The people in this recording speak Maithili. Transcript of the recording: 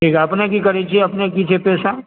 जी अपने की करै छियै अपने के की छै पेशा